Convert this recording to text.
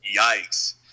Yikes